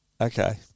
Okay